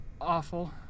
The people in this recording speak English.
awful